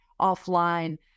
offline